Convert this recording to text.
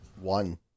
One